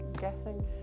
guessing